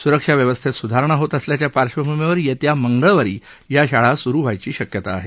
सुरक्षा व्यवस्थेत सुधारणा होत असल्याच्या पार्श्वभूमीवर येत्या मंगळवारी या शाळा सुरु होण्याची शक्यता आहे